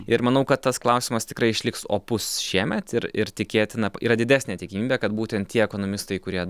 ir manau kad tas klausimas tikrai išliks opus šiemet ir ir tikėtina yra didesnė tikimybė kad būtent tie ekonomistai kurie